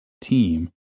team